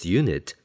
unit